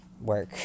work